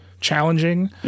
challenging